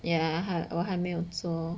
ya 我还没有做